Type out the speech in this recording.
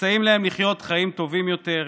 מסייעים להם לחיות חיים טובים יותר,